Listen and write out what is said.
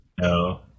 No